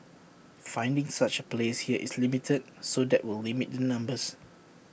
finding such A place here is limited so that will limit the numbers